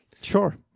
Sure